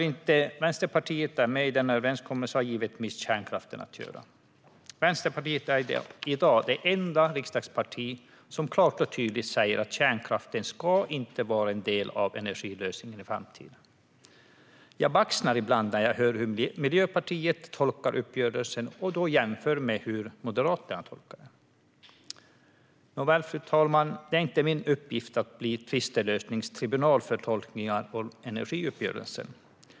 Att Vänsterpartiet inte är med i denna överenskommelse har givetvis med kärnkraften att göra. Vänsterpartiet är i dag det enda riksdagsparti som klart och tydligt säger att kärnkraften inte ska vara en del av energilösningen i framtiden. Jag baxnar ibland när jag hör hur Miljöpartiet tolkar uppgörelsen och jämför med hur Moderaterna tolkar den. Nåväl, fru talman. Det är inte min uppgift att bli tvistelösningstribunal för tolkningar om energiuppgörelsen.